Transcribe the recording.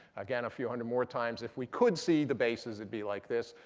again, a few hundred more times. if we could see the bases, it'd be like this.